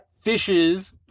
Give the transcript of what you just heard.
fishes